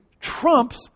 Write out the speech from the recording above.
trumps